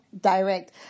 direct